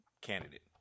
Candidate